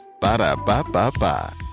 Ba-da-ba-ba-ba